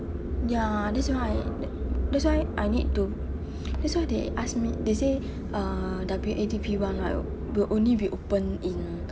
ya that's why that's why I need to that's why they ask me they say uh W_A_D_P one right will only be open in